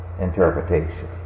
interpretation